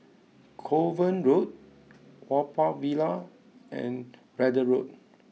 Kovan Road Haw Par Villa and Braddell Road